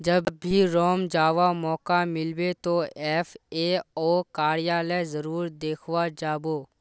जब भी रोम जावा मौका मिलबे तो एफ ए ओ कार्यालय जरूर देखवा जा बो